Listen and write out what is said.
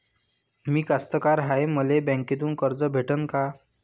मी कास्तकार हाय, मले बँकेतून कर्ज भेटन का?